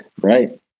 Right